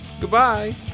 Goodbye